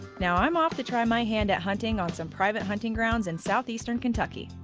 now i'm off to try my hand at hunting on some private hunting grounds in southeastern kentucky.